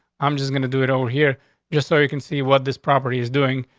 i'm just going to do it over here just so you can see what this property is doing,